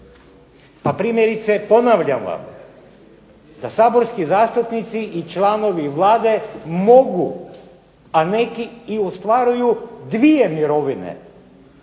Pa primjerice ponavljam vam, da saborski zastupnici i članovi Vlade mogu a neki i ostvaruju dvije mirovine,